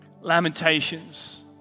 Lamentations